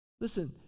Listen